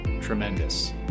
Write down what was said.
tremendous